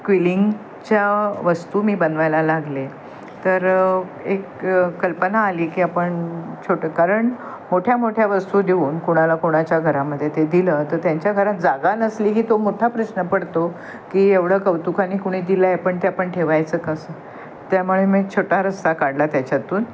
क्विलिंगच्या वस्तू मी बनवायला लागले तर एक कल्पना आली की आपण छोटं कारण मोठ्या मोठ्या वस्तू देऊन कोणाला कोणाच्या घरामध्ये ते दिलं तर त्यांच्या घरात जागा नसली ही तो मोठा प्रश्न पडतो की एवढं कौतुकाने कुणी दिलं आहे पण ते आपण ठेवायचं कसं त्यामुळे मी छोटा रस्ता काढला त्याच्यातून